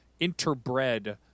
interbred